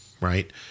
Right